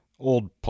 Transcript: Old